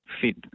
fit